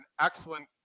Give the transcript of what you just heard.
excellent